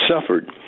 suffered